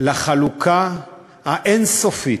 לחלוקה האין-סופית?